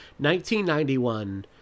1991